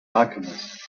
alchemist